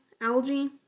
algae